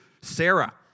Sarah